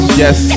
yes